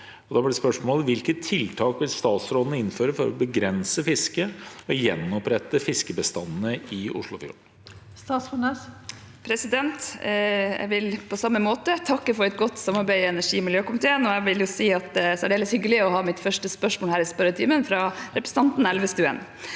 Hvilke tiltak vil statsråden innføre for å begrense fisket og gjenopprette fiskebestanden i Oslofjorden?»